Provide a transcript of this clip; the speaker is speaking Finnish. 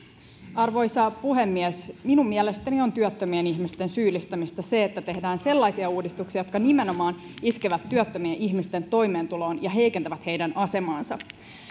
arvoisa puhemies minun mielestäni on työttömien ihmisten syyllistämistä se että tehdään sellaisia uudistuksia jotka nimenomaan iskevät työttömien ihmisten toimeentuloon ja heikentävät heidän asemaansa